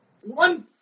One